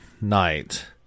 night